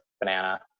banana